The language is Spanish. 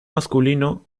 masculino